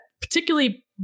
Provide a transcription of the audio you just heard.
particularly